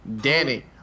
Danny